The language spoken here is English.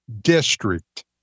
district